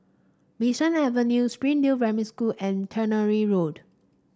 Bee San Avenue Springdale Primary School and Tannery Road